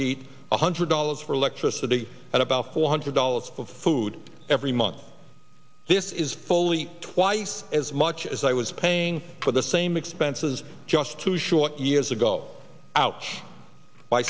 one hundred dollars for electricity and about four hundred dollars of food every month this is fully twice as much as i was paying for the same expenses just two short years ago ouch by